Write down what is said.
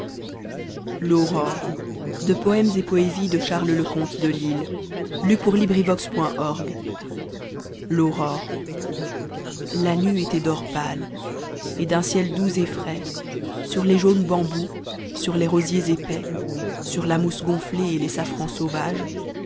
forêt la nue était d'or pie et d'un ciel doux et frais sur les jaunes bambous sur les rosiers épais sur la mousse gonnee et tes safrans sauvages